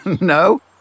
No